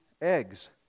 eggs